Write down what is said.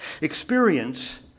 Experience